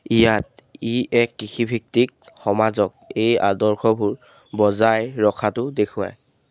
ইয়াত ই এক কৃষিভিত্তিক সমাজক এই আদৰ্শবোৰ বজাই ৰখাটো দেখুৱায়